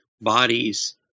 bodies